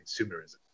consumerism